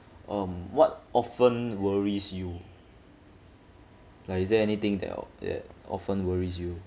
um what often worries you like is there anything that that often worries you